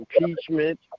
impeachment